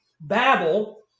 Babel